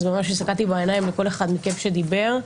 אז ממש הסתכלתי בעיניים לכל אחד מכם שדיבר,